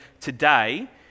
today